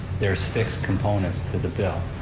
there's fixed components to the bill.